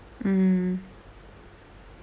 mm